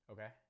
Okay